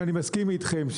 שאני מסכים אתכם,